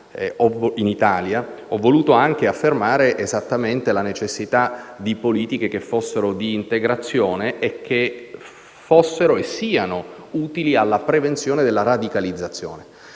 in Italia ho voluto anche affermare esattamente la necessità di politiche che fossero di integrazione in quanto utili alla prevenzione della radicalizzazione.